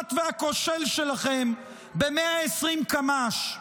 המושחת והכושל שלכם ב-120 קמ"ש.